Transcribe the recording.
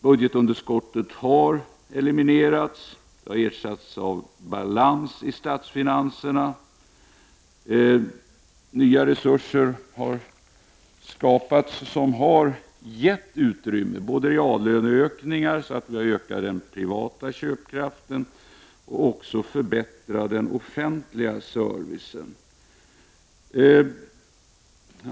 Budgetunderskottet har eliminerats, och det har ersatts med balans i statsfinanserna. Nya resurser har skapats som har gett utrymme både för reallöneökningar så att den privata köpkraften har stärkts och för förbättringar av den offentliga servicen.